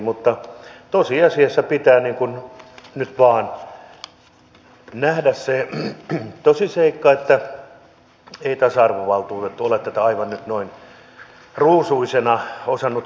mutta tosiasiassa pitää nyt vain nähdä se tosiseikka että ei tasa arvovaltuutettu ole tätä nyt aivan noin ruusuisena osannut kuvata